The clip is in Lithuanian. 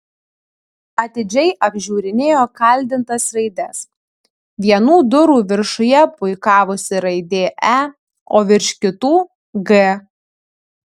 atidžiai apžiūrinėjo kaldintas raides vienų durų viršuje puikavosi raidė e o virš kitų g